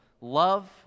love